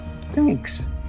Thanks